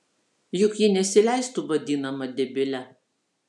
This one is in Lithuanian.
juk ji nesileistų vadinama debile